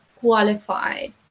qualified